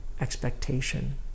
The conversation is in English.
expectation